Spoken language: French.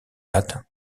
latin